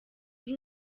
ari